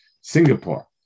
Singapore